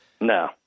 No